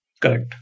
Correct